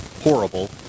horrible